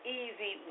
easy